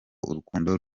urukundo